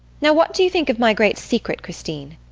now, what do you think of my great secret, christine?